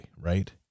right